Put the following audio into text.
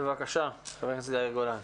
בבקשה חבר הכנסת יאיר גולן.